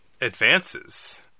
advances